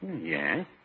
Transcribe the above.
Yes